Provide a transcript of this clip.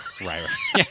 right